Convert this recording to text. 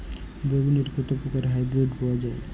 বেগুনের কত প্রকারের হাইব্রীড পাওয়া যায়?